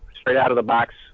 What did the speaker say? straight-out-of-the-box